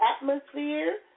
atmosphere